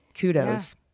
kudos